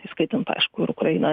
įskaitant aišku ir ukrainą